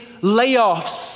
layoffs